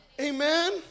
Amen